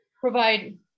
provide